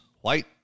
white